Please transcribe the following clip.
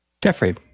Jeffrey